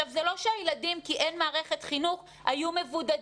זה לא שהילדים כי אין מערכת חינוך, היו מבודדים.